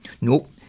Nope